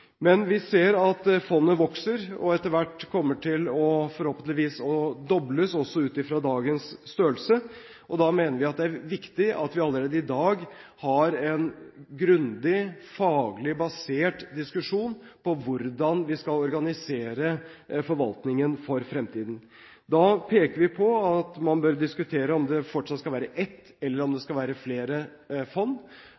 Men vi ser at fondet vokser – og etter hvert forhåpentligvis dobles – fra dagens størrelse. Da mener vi at det er viktig at vi allerede i dag har en grundig, faglig basert diskusjon om hvordan vi skal organisere forvaltningen for fremtiden. Da peker vi på at man bør diskutere om det fortsatt skal være ett eller flere fond, om fondet skal forvaltes innenfor Norges Bank eller om man skal etablere det